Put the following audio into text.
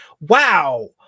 wow